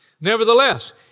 Nevertheless